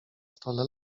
stole